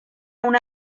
una